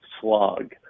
slog